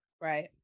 Right